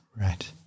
Right